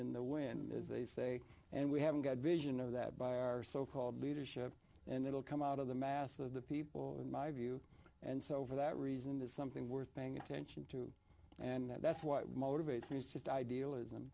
in the wind is they say and we have got vision of that by our so called leadership and it will come out of the mass of the people in my view and so for that reason there's something worth paying attention to and that's what motivates me is just idealism